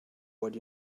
what